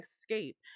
escape